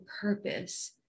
purpose